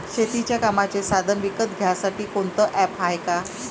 शेतीच्या कामाचे साधनं विकत घ्यासाठी कोनतं ॲप हाये का?